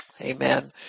Amen